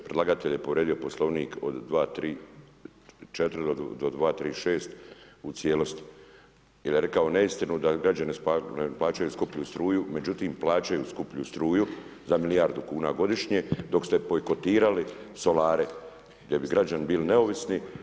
Predlagatelj je povrijedio Poslovnik od 234. do 236. u cijelosti jer je rekao neistinu da građani ne plaćaju skuplju struju međutim plaćaju skuplju struju za milijardu kuna godišnje dok ste bojkotirali solare gdje bi građani bili neovisni.